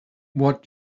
what